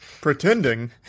Pretending